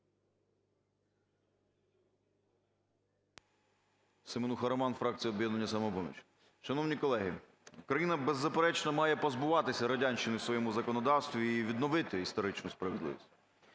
Семенуха Роман, фракція "Об'єднання "Самопоміч". Шановні колеги, Україна, беззаперечно, має позбуватися радянщини в своєму законодавстві і відновити історичну справедливість.